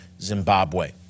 zimbabwe